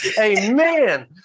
Amen